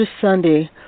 Sunday